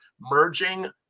merging